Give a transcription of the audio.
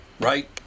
Right